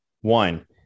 One